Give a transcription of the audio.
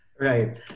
Right